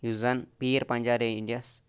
یُس زَن پیٖر پَنچال ایریاہس